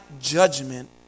judgment